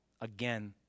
again